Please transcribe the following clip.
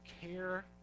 care